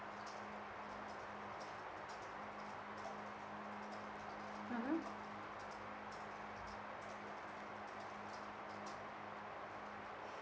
mmhmm